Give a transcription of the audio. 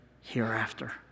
hereafter